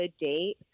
date